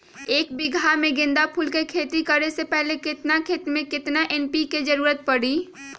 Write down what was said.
एक बीघा में गेंदा फूल के खेती करे से पहले केतना खेत में केतना एन.पी.के के जरूरत परी?